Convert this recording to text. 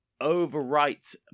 overwrite